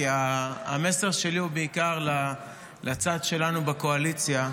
כי המסר שלי הוא בעיקר לצד שלנו בקואליציה,